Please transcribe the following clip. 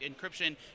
encryption